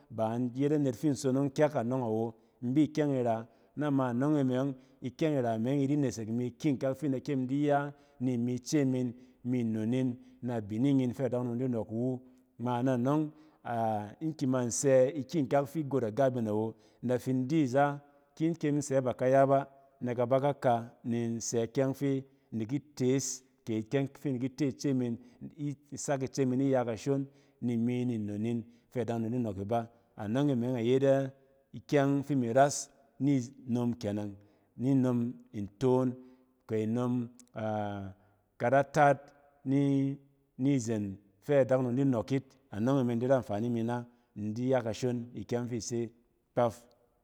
Ba in yet anet fi in sonong kyɛk anↄng awo. In bi ikyɛng ira, na ma anↄng e me ↄng, ikyɛng ira na ma anↄng e me ↄng, ikyɛng ira me ↄng idi nesek imi ikyinkak fi inda kyem in di ya ni imi ice min, ni nnon nin, na bining in fɛ adaknom di nↄk iwu. Ngma na nↄng in ki man sɛ ikyikak fi igot agap in awo. in da fin in di aza, ki in kyem in sɛ nabak kaya ba, nɛ ka bak kaka, ni in sɛ ikyɛng fi in di ki toes, kɛ ikyɛng fi in di ki te ice min, i-sak ice min iya kashon ni mi ni nnon in fɛ adakuom di nↄk iban. Anↄng e me ↄng a yet a ikyɛng fi imi ras ni-s-nom kenɛng. Ni nnon ntom kɛ nnom karataat ni-nizen fɛ adakunom di nↄk yit. anↄng e me ↄng in di ra anfani ni ina ni indi ya kashon ni kyɛng ↄng fi ise kpɛf.